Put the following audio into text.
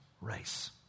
race